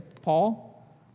Paul